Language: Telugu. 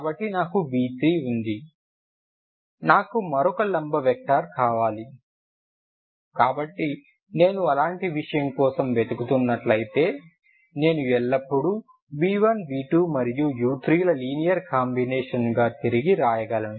కాబట్టి నాకు v3 ఉంది నాకు మరొక లంబ వెక్టర్ కావాలి కాబట్టి నేను అలాంటి విషయం కోసం వెతుకుతున్నట్లయితే నేను ఎల్లప్పుడూ v1 v2 మరియు u3 ల లీనియర్ కాంబినేషన్గా తిరిగి వ్రాయగలను